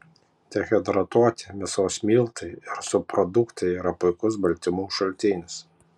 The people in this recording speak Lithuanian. dehidratuoti mėsos miltai ir subproduktai yra puikus baltymų šaltinis